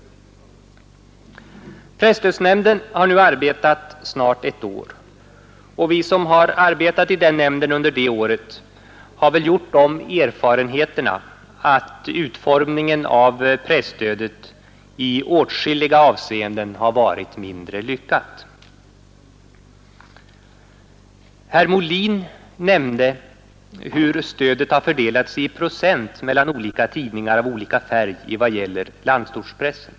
Presstödsnämnden har nu arbetat snart ett år, och vi som deltagit i nämndens verksamhet under det året har väl gjort de erfarenheterna att utformningen av presstödet i åtskilliga avseenden har varit mindre lyckad. Herr Molin nämnde hur stödet har fördelats i procent mellan olika tidningar av olika färg i vad gäller landsortspressen.